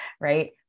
Right